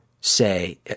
say